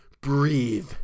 breathe